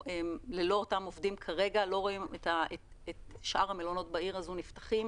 ללא אותם עובדים אנחנו לא רואים את שאר המלונות בעיר נפתחים.